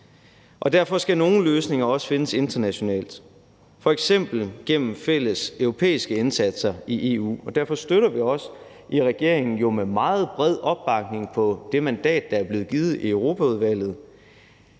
og derfor skal nogle løsninger også findes internationalt, f.eks. gennem fælleseuropæiske indsatser i EU, og derfor støtter vi også i regeringen og jo med meget bred opbakning på det mandat, der er blevet givet i Europaudvalget,